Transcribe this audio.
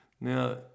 Now